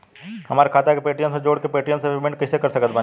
हमार खाता के पेटीएम से जोड़ के पेटीएम से पेमेंट कइसे कर सकत बानी?